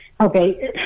Okay